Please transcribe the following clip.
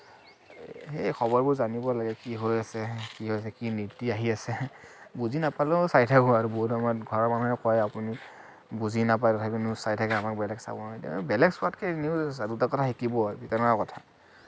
সেয়ে খবৰবোৰ জানিব লাগে কি হৈ আছে কি হৈছে কি নীতি আহি আছে বুজি নাপালেও চাই থাকো আৰু বহুত সময়ত ঘৰৰ মানুহে কয় আপুনি বুজি নাপায় তথাপি নিউজ চাই থাকে আমাক বেলেগ চাব নিদিয়ে বেলেগ চোৱাতকে নিউজে চা দুটা কথা শিকিব তেনেকুৱা কথা